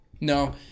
No